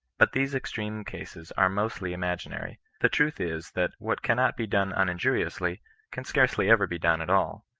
but these extreme cases are mostly imaginary. the truth is, that what cannot be done uninjuriously can scarcely ever be done at all.